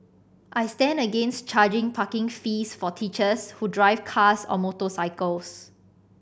I stand against charging parking fees for teachers who drive cars or motorcycles